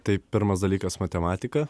tai pirmas dalykas matematika